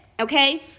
Okay